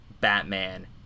Batman